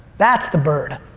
that's the bird.